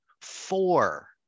four